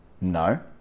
No